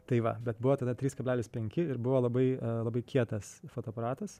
tai va bet buvo tada trys kablelis penki ir buvo labai labai kietas fotoaparatas